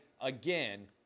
Again